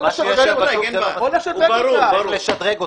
-- בואו נזמין את שר החינוך.